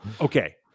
Okay